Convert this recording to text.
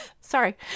sorry